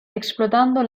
explotando